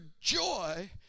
joy